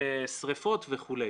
ושריפות וכו'.